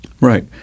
Right